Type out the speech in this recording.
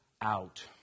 out